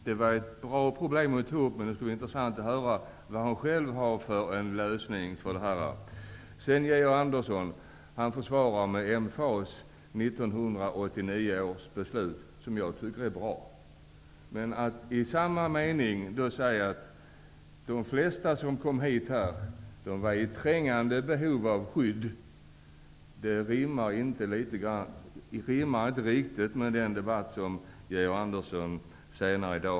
Det var bra att hon tog upp det problemet, men det skulle vara intressant att höra vilken lösning hon själv har. Georg Andersson försvarar med emfas 1989 års beslut, som jag tycker är bra. Att han samtidigt säger att de flesta som kommer hit är i trängande behov av skydd rimmar illa med det han säger senare.